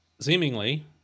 Seemingly